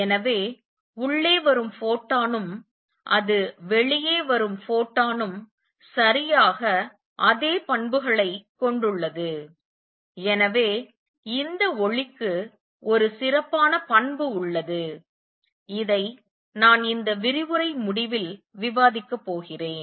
எனவே உள்ளே வரும் ஃபோட்டானும் அது வெளியே வரும் ஃபோட்டானும் சரியாக அதே பண்புகளைக் கொண்டுள்ளது எனவே இந்த ஒளிக்கு ஒரு சிறப்பான பண்பு உள்ளது இதை நான் இந்த விரிவுரை முடிவில் விவாதிக்க போகிறேன்